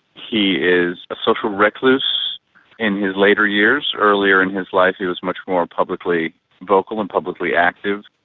he is a social recluse in his later years. earlier in his life he was much more publicly vocal and publicly active.